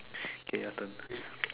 okay your turn